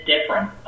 different